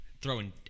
throwing